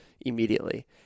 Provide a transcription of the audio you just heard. immediately